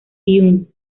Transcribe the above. hyun